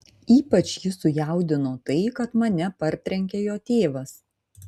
ypač jį sujaudino tai kad mane partrenkė jo tėvas